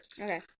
Okay